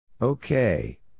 Okay